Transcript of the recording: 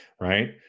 right